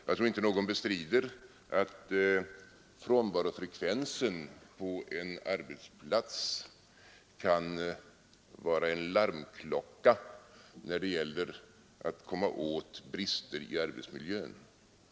Jag tror inte någon bestrider att frånvarofrekvensen på en arbetsplats kan vara en larmklocka när det gäller att komma åt brister i arbetsmiljön.